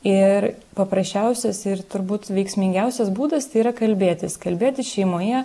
ir paprasčiausias ir turbūt veiksmingiausias būdas tai yra kalbėtis kalbėtis šeimoje